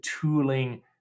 tooling